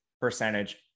percentage